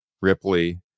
Ripley